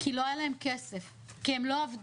כי לא היה להם כסף, כי הם לא עבדו.